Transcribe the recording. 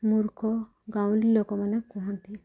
ମୂର୍ଖ ଗାଉଁଲି ଲୋକମାନେ କୁହନ୍ତି